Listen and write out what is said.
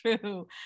true